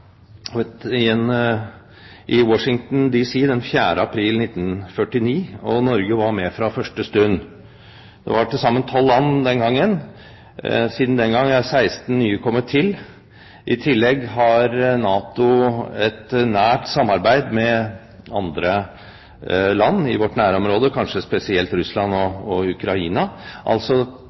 i Washington D.C. den 4. april 1949, og Norge var med fra første stund. Det var til sammen tolv land den gangen. Siden den gang er 16 nye kommet til. I tillegg har NATO et nært samarbeid med andre land i vårt nærområde, kanskje spesielt med Russland og Ukraina. Altså